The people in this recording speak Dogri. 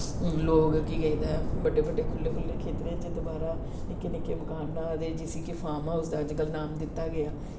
लोग कि एह्दे बड्डे बड्डे खुल्ले खुल्ले खेत्तरैं च दवारा निक्के निक्के मकान बना दे जिसी की फार्म हाऊस दा अजकल्ल नाम दित्ता गेआ